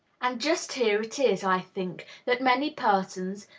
and just here it is, i think, that many persons,